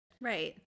Right